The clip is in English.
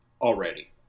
already